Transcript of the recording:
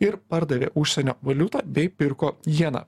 ir pardavė užsienio valiutą bei pirko jeną